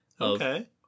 Okay